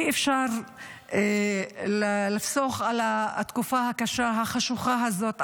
אי-אפשר לפסוח על התקופה הקשה החשוכה הזאת,